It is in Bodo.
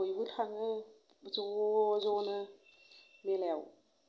बयबो थाङो ज' ज' नो मेलायाव